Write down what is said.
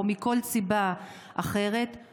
או מכל סיבה אחרת,